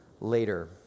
later